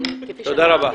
כפי שאמרתי,